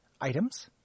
items